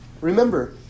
Remember